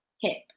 hip